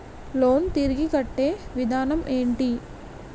Loan తిరిగి కట్టే విధానం ఎంటి?